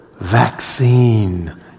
vaccine